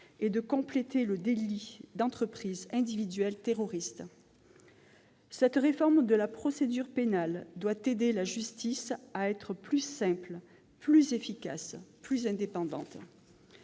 et de compléter le délit d'entreprise individuelle terroriste. Cette réforme de la procédure pénale doit aider la justice à être plus simple, plus efficace, plus indépendante.